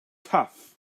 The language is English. tough